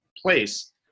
Place